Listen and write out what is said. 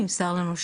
נמסר לנו,